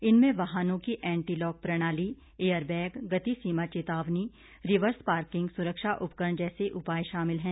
इनमें वाहनों की एंटी लॉक प्रणाली एयर बैग गति सीमा चेतावनी रिवर्स पार्किंग सुरक्षा उपकरण जैसे उपाय शामिल हैं